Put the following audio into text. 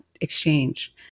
exchange